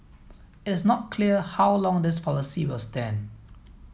it's not clear how long this policy will stand